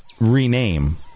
rename